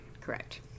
Correct